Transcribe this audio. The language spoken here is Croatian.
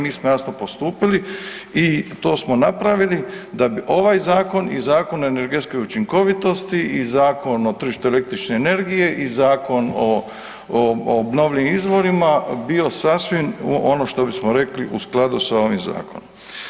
Mi smo jasno postupili i to smo napravili da bi ovaj Zakon, i Zakon o energetskoj učinkovitosti, i Zakon o tržištu električne energije, i Zakon o obnovljivim izvorima bio sasvim ono što bismo rekli u skladu sa ovim Zakonom.